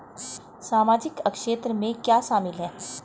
सामाजिक क्षेत्र में क्या शामिल है?